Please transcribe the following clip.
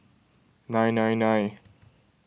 nine nine nine